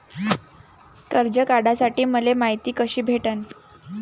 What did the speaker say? कर्ज काढासाठी मले मायती कशी भेटन?